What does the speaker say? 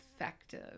effective